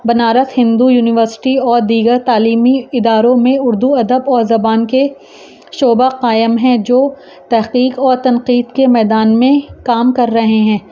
Banaras Hindu university اور دیگر تعلیمی اداروں میں اردو ادب اور زبان کے شعبہ قائم ہیں جو تحقیق اور تنقیید کے میدان میں کام کر رہے ہیں